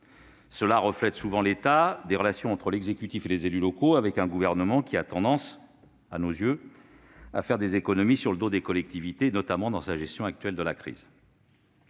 Cela reflète souvent l'état des relations entre l'exécutif et les élus locaux avec un gouvernement qui a tendance à faire des économies sur le dos des collectivités, notamment à l'occasion de sa gestion actuelle de la crise.